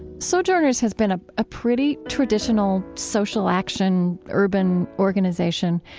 sojourners has been ah a pretty traditional social action urban organization.